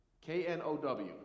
K-N-O-W